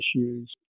issues